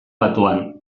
batuan